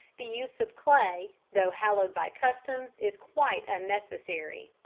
the use of clay, though hallowed by custom, is quite unnecessary.